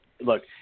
look